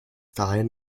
dahin